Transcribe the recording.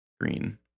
green